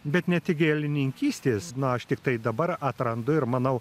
bet ne tik gėlininkystės na aš tiktai dabar atrandu ir manau